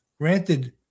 granted